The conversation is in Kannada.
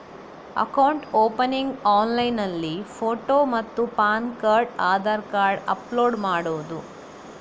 ಅಕೌಂಟ್ ಓಪನಿಂಗ್ ಆನ್ಲೈನ್ನಲ್ಲಿ ಫೋಟೋ ಮತ್ತು PAN card Aadhaar card upload ಮಾಡುವುದು?